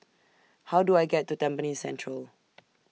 How Do I get to Tampines Central